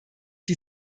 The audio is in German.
die